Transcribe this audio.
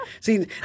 See